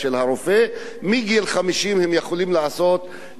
ומגיל 50 הן יכולות לעשות את הבדיקה הזאת